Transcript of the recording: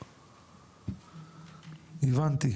הבנתי,